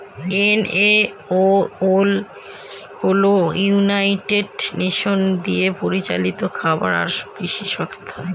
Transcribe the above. FAO হল United Nation দিয়ে পরিচালিত খাবার আর কৃষি সংস্থা